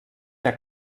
der